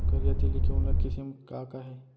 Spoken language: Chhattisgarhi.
करिया तिलि के उन्नत किसिम का का हे?